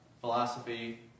philosophy